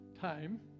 time